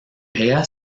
ella